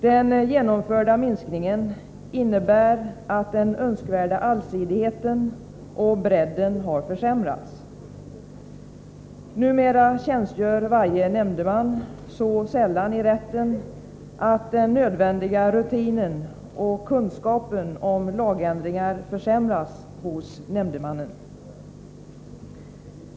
Den genomförda minskningen innebär att den önskvärda allsidigheten och bredden har försämrats. Numera tjänstgör varje nämndeman så sällan i rätten att den nödvändiga rutinen och kunskapen om lagändringar försämras hos nämndemannen.